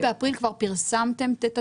מיום 1 באפריל כבר פרסמתם את התיקון?